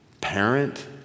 parent